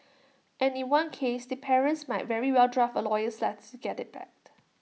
and in one case the parents might very well draft A lawyers let's get IT back